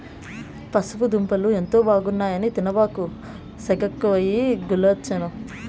పసుపు దుంపలు ఎంతో బాగున్నాయి అని తినబాకు, సెగెక్కువై గుల్లవచ్చేను